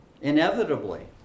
Inevitably